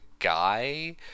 guy